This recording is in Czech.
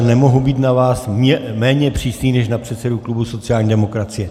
Nemohu být na vás méně přísný než na předsedu klubu sociální demokracie.